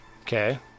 Okay